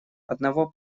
одного